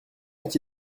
est